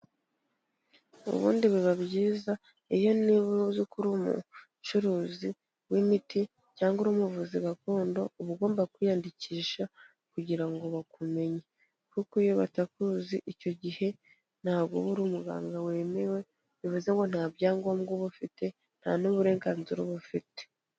Ubundi biba byiza iyo niba uzi ko uru umucuruzi w'imiti cyangwa uri umuvuzi gakondo uba ugomba kwiyandikisha kugira ngo bakumenye, kuko iyo batakuzi icyo gihe ntago uba uri umuganga wemewe. Bivuze ngo nta byangombwa uba ufite nta n'uburenganzira uba bafite.